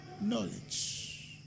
knowledge